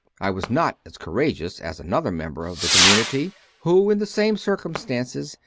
i was not as courageous as another member of the community, who, in the same circumstances,